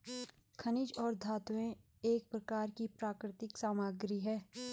खनिज और धातुएं एक प्रकार की प्राकृतिक सामग्री हैं